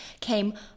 came